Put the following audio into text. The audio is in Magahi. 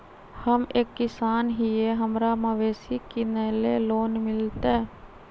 हम एक किसान हिए हमरा मवेसी किनैले लोन मिलतै?